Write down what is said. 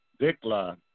Dikla